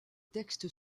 textes